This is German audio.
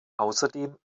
außerdem